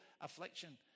affliction